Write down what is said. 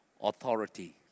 authority